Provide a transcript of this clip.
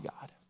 God